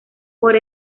por